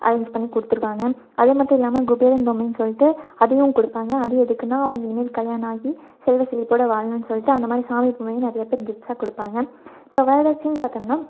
arrange பண்ணி கொடுத்துடுவாங்க அது மட்டும் இல்லாம குபேரன் பொம்மைன்னு சொல்லிட்டு அதையும் கொடுப்பாங்க அது எதுக்குன்னா அவங்க இனிமேல் கல்யாணம் ஆகி செல்வ செழிப்போட வாழணுன்னு சொல்லிட்டு அந்த மாதிரி சாமி பொம்மையை நிறையா பேர் கிஃப்ட்ஸாக கொடுப்பாங்க இப்போ வரதட்சணைன்னு பார்த்தம்னா